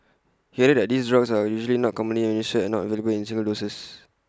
he added that these drugs are usually not commonly administered and not available in single doses